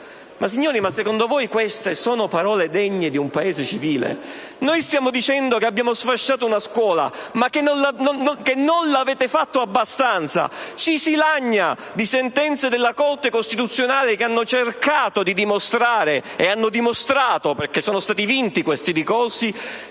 Ma signori, secondo voi queste sono parole degne di un Paese civile? Stiamo dicendo che abbiamo sfasciato la scuola ma che non si è fatto abbastanza; ci si lagna di sentenze della Corte costituzionale che hanno cercato di dimostrare (e hanno dimostrato, perché i relativi ricorsi